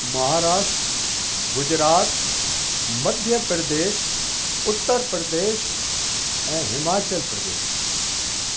महाराष्ट्र गुजरात मध्य प्रदेश उत्तर प्रदेश ऐं हिमाचल प्रदेश